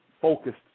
focused